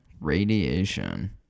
radiation